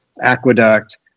Aqueduct